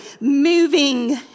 moving